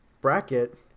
bracket